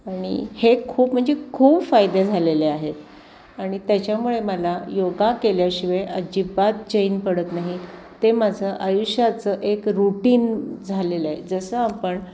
आणि हे खूप म्हणजे खूप फायदे झालेले आहेत आणि त्याच्यामुळे मला योगा केल्याशिवाय अजिबात चैन पडत नाही ते माझं आयुष्याचं एक रूटीन झालेलं आहे जसं आपण